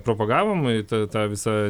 propagavom ta ta visa